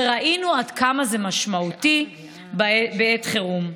וראינו עד כמה זה משמעותי בעת חירום.